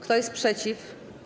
Kto jest przeciw?